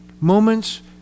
moments